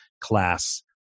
class